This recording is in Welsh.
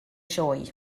sioe